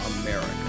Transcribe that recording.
America